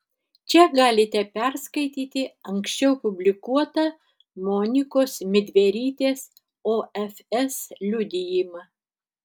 čia galite perskaityti anksčiau publikuotą monikos midverytės ofs liudijimą